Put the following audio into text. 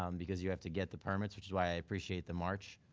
um because you have to get the permits, which is why i appreciate the march,